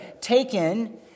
taken